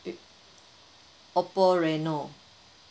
oppo reno